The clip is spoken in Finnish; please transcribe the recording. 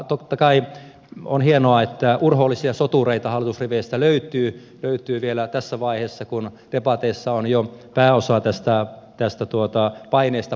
totta kai on hienoa että urhoollisia sotureita hallitusriveistä löytyy vielä tässä vaiheessa kun debateissa on jo pääosa tästä paineesta purettukin